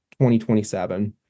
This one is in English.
2027